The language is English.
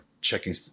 checking